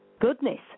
goodness